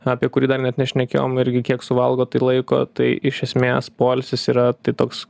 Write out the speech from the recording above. apie kurį dar net nešnekėjom irgi kiek suvalgo tai laiko tai iš esmės poilsis yra tai toks